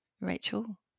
Rachel